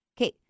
Okay